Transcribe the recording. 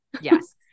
Yes